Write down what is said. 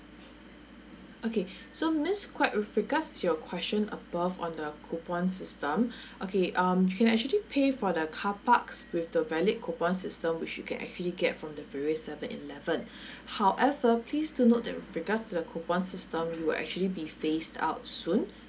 okay so ms quek with regards your question above on the coupon system okay um you can actually pay for the car parks with the valid coupon system which you can actually get from the various seven eleven however please do note that with regards the coupon system it will actually be phased out soon